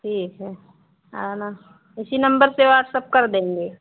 ठीक है आना इसी नम्बर से वाट्सअप कर देंगे